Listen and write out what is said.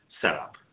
setup